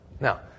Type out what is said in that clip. Now